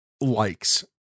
likes